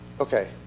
okay